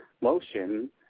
motion